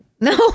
No